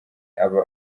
aba